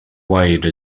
wide